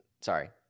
Sorry